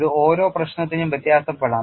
ഇത് ഓരോ പ്രശ്നത്തിനും വ്യത്യാസപ്പെടാം